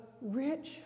rich